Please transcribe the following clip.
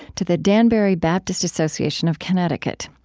to the danbury baptist association of connecticut.